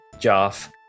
Joff